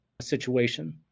situation